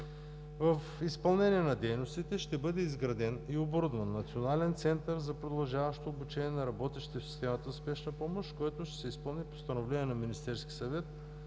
В изпълнение на дейностите ще бъде изграден и оборудван Национален център за продължаващо обучение на работещите в системата на спешна помощ, с което ще се изпълни Постановление на Министерски съвет